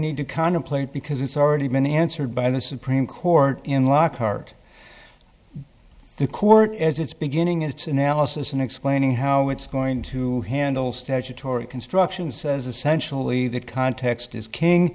need to contemplate because it's already been answered by the supreme court in lockhart the court as its beginning its analysis in explaining how it's going to handle statutory construction says essentially that context is king